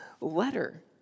letter